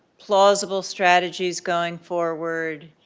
plausible strategies going forward?